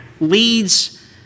leads